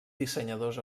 dissenyadors